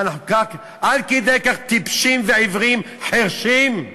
מה, אנחנו עד כדי כך טיפשים ועיוורים, חירשים?